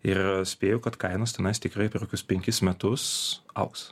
ir spėju kad kainos tenais tikrai per kokius penkis metus augs